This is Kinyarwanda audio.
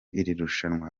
irushanwa